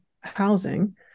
housing